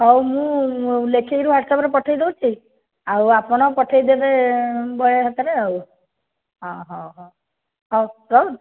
ହଉ ମୁଁ ଲେଖିକିରି ହ୍ୱାଟ୍ସପ୍ରେ ପଠେଇ ଦେଉଛି ଆଉ ଆପଣ ପଠେଇଦେବେ ବୟ ହାତରେ ଆଉ ହଁ ହଉ ହଉ ହଉ ରହୁଛି